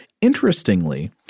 Interestingly